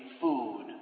food